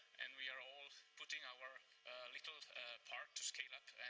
and we are all putting our little part to scale up,